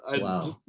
Wow